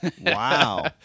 Wow